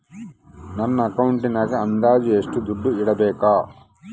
ನನ್ನ ಅಕೌಂಟಿನಾಗ ಅಂದಾಜು ಎಷ್ಟು ದುಡ್ಡು ಇಡಬೇಕಾ?